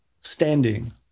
standing